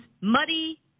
muddy